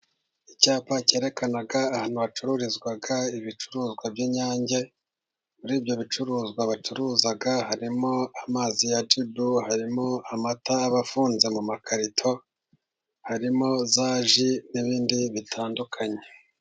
Icyapa cyerekanag ahantu hacururizwa ibicuruzwa by'Inyange, muri ibyo bicuruzwa bacuruza harimo amazi ya Jibu, harimo amata aba afunze mu makarito, harimo za ji, n'ibindi bitandukanye.